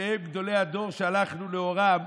ביניהם גדולי הדור שהלכנו לאורם,